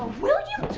william